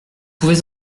pouvez